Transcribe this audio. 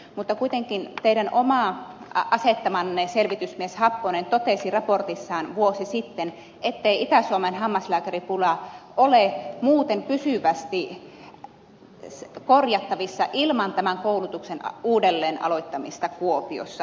mutta kuitenkin teidän itse asettamanne selvitysmies happonen totesi raportissaan vuosi sitten ettei itä suomen hammaslääkäripula ole pysyvästi korjattavissa ilman tämän koulutuksen uudelleenaloittamista kuopiossa